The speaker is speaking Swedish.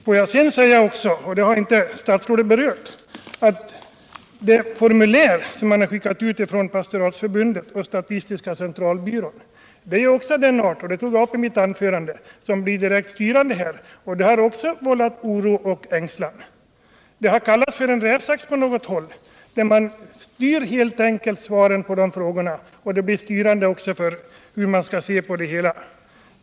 Får jag sedan säga — vilket statsrådet inte har berört — att de formulär man har skickat ut från Pastoratsförbundet och statistiska centralbyrån också är av den arten att de blir direkt styrande. Jag anförde att det också har vållat oro och ängslan. Det har på något håll kallats för en rävsax: Man styr svaren på de frågorna, och det blir styrande för hur man slutgiltigt skall se på det hela.